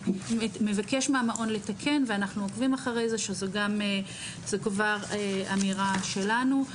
מבקש מהמעון לתקן ואנחנו עוקבים אחרי זה וזה כבר אמירה שלנו.